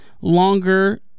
longer